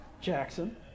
Jackson